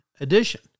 edition